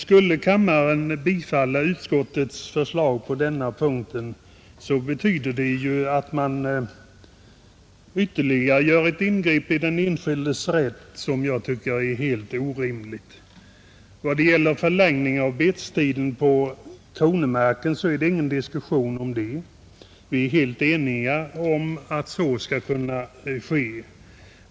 Skulle kammaren bifalla utskottets förslag på denna punkt betyder det ett ytterligare ingrepp i den enskildes rätt som jag tycker är helt orimligt. En förlängning av betestiden på kronomark är det ingen diskussion om, utan vi är helt ense om att en sådan skall kunna ske.